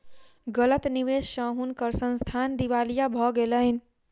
गलत निवेश स हुनकर संस्थान दिवालिया भ गेलैन